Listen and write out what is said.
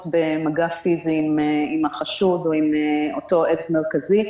במגע פיזי עם החשוד או עם אותו עד מרכזי.